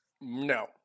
no